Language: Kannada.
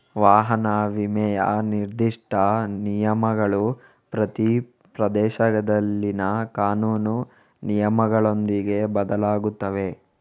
ವಾಹನ ವಿಮೆಯ ನಿರ್ದಿಷ್ಟ ನಿಯಮಗಳು ಪ್ರತಿ ಪ್ರದೇಶದಲ್ಲಿನ ಕಾನೂನು ನಿಯಮಗಳೊಂದಿಗೆ ಬದಲಾಗುತ್ತವೆ